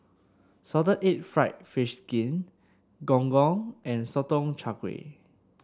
Salted Egg fried fish skin Gong Gong and Sotong Char Kway